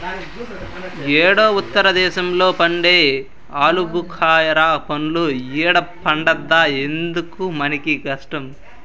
యేడో ఉత్తర దేశంలో పండే ఆలుబుకారా పండ్లు ఈడ పండద్దా ఎందుకు మనకీ కష్టం